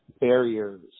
barriers